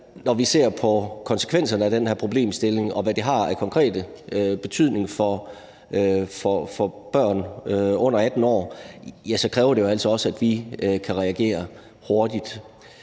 Når vi ser på konsekvenserne af den her problemstilling, og hvad det har af konkret betydning for børn under 18 år, så kræver det jo i hvert fald også, at vi kan reagere hurtigt.